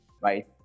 right